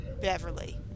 Beverly